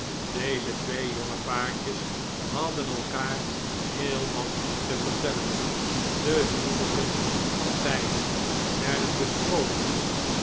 deze twee jonge paartjes hadden elkaar heel wat te vertellen de huwelijken van beiden werden besproken